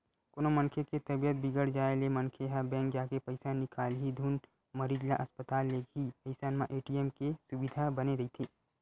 कोनो मनखे के तबीयत बिगड़ जाय ले मनखे ह बेंक जाके पइसा निकालही धुन मरीज ल अस्पताल लेगही अइसन म ए.टी.एम के सुबिधा बने रहिथे